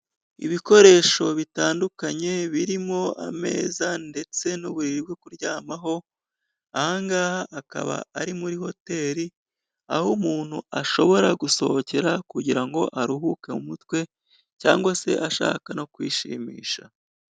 Ibikoresho bitandukanye, birimo ameza ndetse n'uburiri bwo kuryamaho, ahangaha akaba ari muri hoteri, aho umuntu ashobora gusohokera kugira ngo aruhuke mu mutwe cyangwa se ashaka no kwishimisha.